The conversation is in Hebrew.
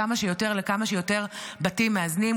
כמה שיותר לכמה שיותר בתים מאזנים.